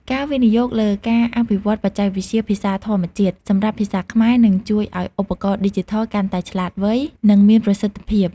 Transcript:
ការវិនិយោគលើការអភិវឌ្ឍបច្ចេកវិទ្យាភាសាធម្មជាតិ សម្រាប់ភាសាខ្មែរ នឹងជួយឱ្យឧបករណ៍ឌីជីថលកាន់តែឆ្លាតវៃ និងមានប្រសិទ្ធភាព។